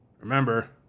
Remember